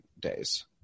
days